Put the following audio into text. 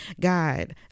God